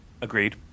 agreed